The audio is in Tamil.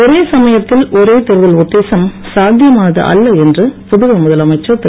ஒரே சமயத்தில் ஒரே தேர்தல் உத்தேசம் சாத்தியமானது அல்ல என்று புதுவை முதலமைச்சர் திரு